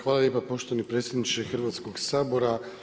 Hvala lijepo poštovani predsjedniče Hrvatskog sabora.